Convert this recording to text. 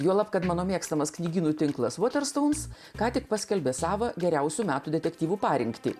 juolab kad mano mėgstamas knygynų tinklas voterstouns ką tik paskelbė savą geriausių metų detektyvų parinktį